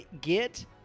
get